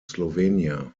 slovenia